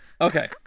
okay